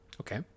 Okay